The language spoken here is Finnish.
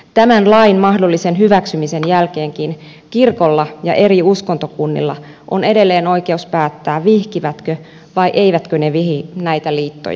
tämän lain mahdollisen hyväksymisen jälkeenkin kirkolla ja eri uskontokunnilla on edelleen oikeus päättää vihkivätkö vai eivätkö ne vihi näitä liittoja